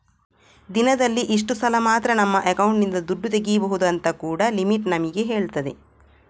ದಿನದಲ್ಲಿ ಇಷ್ಟು ಸಲ ಮಾತ್ರ ನಮ್ಮ ಅಕೌಂಟಿನಿಂದ ದುಡ್ಡು ತೆಗೀಬಹುದು ಅಂತ ಕೂಡಾ ಲಿಮಿಟ್ ನಮಿಗೆ ಹೇಳ್ತದೆ